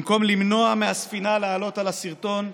במקום למנוע מהספינה לעלות על השרטון,